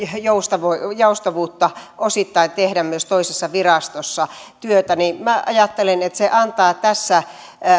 joustavuutta joustavuutta osittain tehdä myös toisessa virastossa työtä minä ajattelen että se antaa tässä